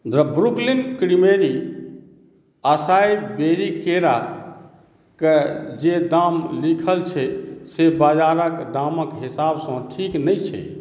द Brooklyn creamery acai berry केराके जे दाम लिखल छै से बाजारक दामक हिसाबसँ ठीक नहि छै